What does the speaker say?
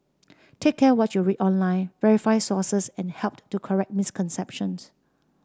take care what you read online verify sources and help to correct misconceptions